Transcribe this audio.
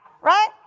Right